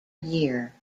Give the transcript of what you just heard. year